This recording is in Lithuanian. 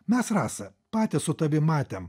mes rasa patys su tavim matėm